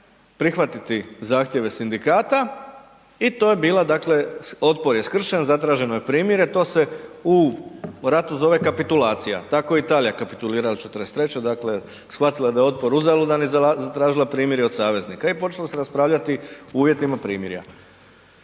prihvatiti zahtjeve sindikata i to je bila, dakle otpor je skršen, zatraženo je primirje, to se u ratu zove kapitulacija, tako je Italija kapitulirala '43., dakle shvatila je da je otpor uzaludan i zatražila primirje od saveznika i počelo se raspravljati o uvjetima primirja.